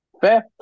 Fair